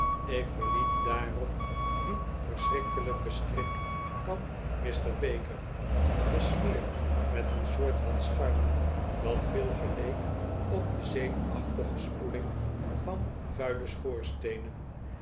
ik verliet daarop dien verschrikkelijk en strik van mr baker besmeerd met een soort van schuim dat veel geleek op de zeepachtige spoeling van vuile